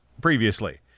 previously